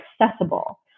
accessible